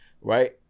right